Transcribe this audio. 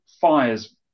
fires